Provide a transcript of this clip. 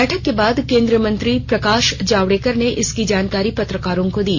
बैठक के बाद केंद्रीय मंत्री प्रकाश जावड़ेकर ने इसकी जानकारी पत्रकारों को दी